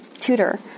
tutor